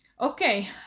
Okay